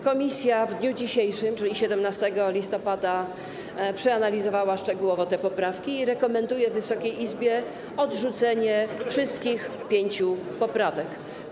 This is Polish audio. Komisja w dniu dzisiejszym, czyli 17 listopada, przeanalizowała szczegółowo te poprawki i rekomenduje Wysokiej Izbie odrzucenie wszystkich pięciu poprawek.